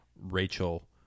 Rachel